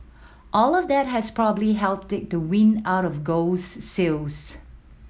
all of that has probably helped take the wind out of gold's sails